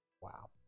Wow